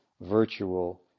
virtual